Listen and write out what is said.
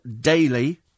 Daily